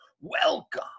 Welcome